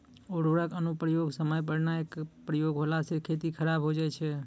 उर्वरक अनुप्रयोग समय पर नाय प्रयोग होला से खेती खराब हो जाय छै